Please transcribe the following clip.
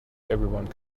everyone